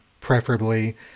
preferably